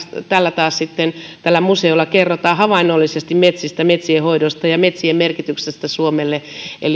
tällä museolla kerrotaan havainnollisesti metsistä metsien hoidosta ja metsien merkityksestä suomelle